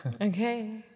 okay